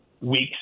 weeks